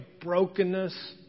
brokenness